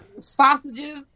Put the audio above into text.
sausages